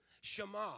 Shema